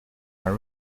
are